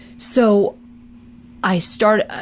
so i started, ah